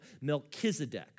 Melchizedek